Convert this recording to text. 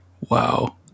Wow